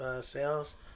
sales